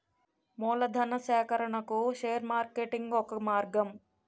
మూలధనా సేకరణకు share marketing ఒక మార్గం